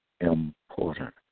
important